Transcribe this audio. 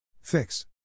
Fix